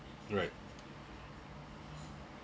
right